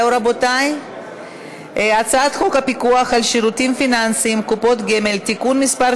חוק הפיקוח על שירותים פיננסיים (קופות גמל) (תיקון מס'